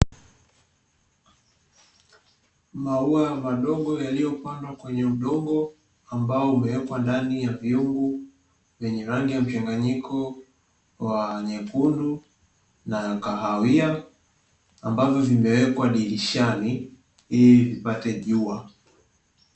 Mauwa madogo yaliyopandwa katika udongo mweusi, ambayo yamewekwa katika vyungu vyenye rangi mchanganyiko wa nyekundu na kahawia, ambavyo vimewekwa dirishani ili vipate jua.